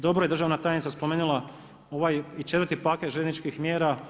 Dobro je državna tajnica spomenula ovaj i četvrti paket željezničkih mjera.